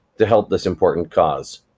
to help this important cause.